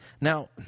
Now